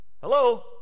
Hello